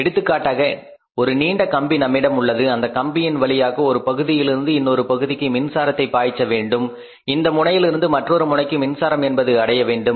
எடுத்துக்காட்டாக ஒரு நீண்ட கம்பி நம்மிடம் உள்ளது அந்த கம்பியின் வழியாக ஒரு பகுதியிலிருந்து இன்னொரு பகுதிக்கு மின்சாரத்தை பாய்ச்ச வேண்டும் இந்த முனையிலிருந்து மற்றொரு முனைக்குச் மின்சாரம் என்பது அடைய வேண்டும்